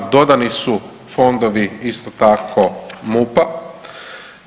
Dodani su fondovi isto tako MUP-a.